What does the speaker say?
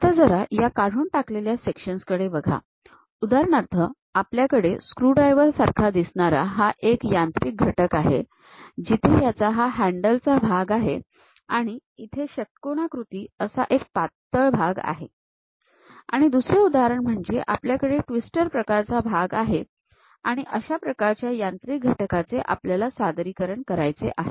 आता जरा या काढून टाकलेल्या सेक्शन्स कडे बघा उदाहरणार्थ आपल्याकडे स्क्रूड्राइव्हर सारखा दिसणारा हा एक यांत्रिक घटक आहे जिथे याचा हा हॅण्डल चा भाग आहे आणि इथे षट्कोनाकृती एक पातळ असा भाग आहे आणि दुसरे उदाहरण म्हणजे आपल्याकडे ट्विस्टर प्रकारचा एक भाग आहे आणि अशा प्रकारच्या यांत्रिक घटकाचे आपल्याला सादरीकरण करायचे आहे